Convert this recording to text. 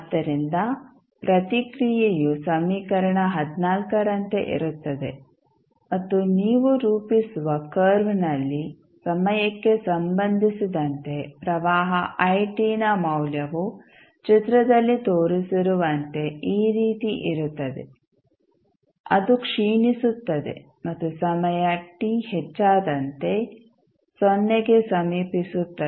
ಆದ್ದರಿಂದ ಪ್ರತಿಕ್ರಿಯೆಯು ಸಮೀಕರಣ ರಂತೆ ಇರುತ್ತದೆ ಮತ್ತು ನೀವು ರೂಪಿಸುವ ಕರ್ವ್ನಲ್ಲಿ ಸಮಯಕ್ಕೆ ಸಂಬಂಧಿಸಿದಂತೆ ಪ್ರವಾಹ it ನ ಮೌಲ್ಯವು ಚಿತ್ರದಲ್ಲಿ ತೋರಿಸಿರುವಂತೆ ಈ ರೀತಿ ಇರುತ್ತದೆ ಅದು ಕ್ಷೀಣಿಸುತ್ತದೆ ಮತ್ತು ಸಮಯ t ಹೆಚ್ಚಾದಂತೆ ಸೊನ್ನೆಗೆ ಸಮೀಪಿಸುತ್ತದೆ